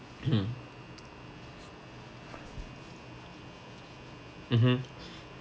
mm mmhmm